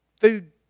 food